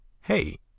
hey